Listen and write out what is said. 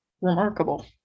remarkable